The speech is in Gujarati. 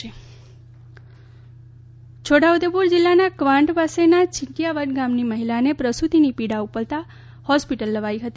રક્તદાન છોટા ઉદેપુર જિલ્લાના કવાંટ પાસેના ચિલિયાવાંટ ગામની મહિલાને પ્રસુતીની પીડા ઉપડતાં હોસ્પિટલ લવાઈ હતી